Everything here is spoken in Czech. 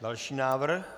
Další návrh.